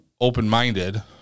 open-minded